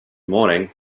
morning